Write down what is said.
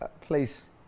place